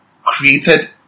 created